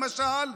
למשל,